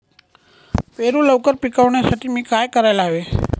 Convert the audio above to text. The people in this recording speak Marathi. पेरू लवकर पिकवण्यासाठी मी काय करायला हवे?